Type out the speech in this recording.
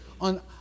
on